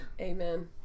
Amen